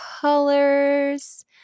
colors